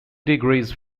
degrees